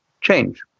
change